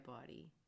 body